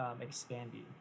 expanding